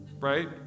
Right